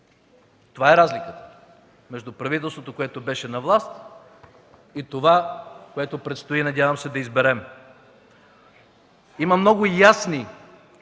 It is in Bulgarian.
Това е разликата между правителството, което беше на власт, и това, което предстои, надявам се да изберем. Има много ясни